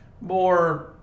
more